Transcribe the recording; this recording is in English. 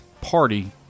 party